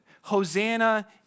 Hosanna